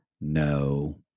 No